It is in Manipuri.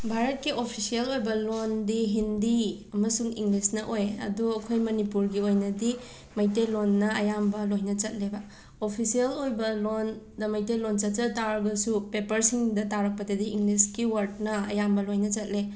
ꯚꯥꯔꯠꯀꯤ ꯑꯣꯐꯤꯁ꯭ꯌꯦꯜ ꯑꯣꯏꯕ ꯂꯣꯟꯗꯤ ꯍꯤꯟꯗꯤ ꯑꯃꯁꯨꯡ ꯏꯟꯂꯤꯁꯅ ꯑꯣꯏ ꯑꯗꯣ ꯑꯈꯣꯏ ꯃꯅꯤꯄꯨꯔꯒꯤ ꯑꯣꯏꯅꯗꯤ ꯃꯩꯇꯩꯂꯣꯟꯅ ꯑꯌꯥꯝꯕ ꯂꯣꯏꯅ ꯆꯠꯂꯦꯕ ꯑꯐꯤꯁꯦꯜ ꯑꯣꯏꯕ ꯂꯣꯟ ꯗ ꯃꯩꯇꯩꯂꯣꯟ ꯆꯠꯆ ꯇꯥꯔꯒꯁꯨ ꯄꯦꯄꯔꯁꯤꯡꯗ ꯇꯥꯔꯛꯄꯗꯗꯤ ꯏꯪꯂꯤꯁꯀꯤ ꯋꯔꯠꯅ ꯑꯌꯥꯝꯕ ꯂꯣꯏꯅ ꯆꯠꯂꯦ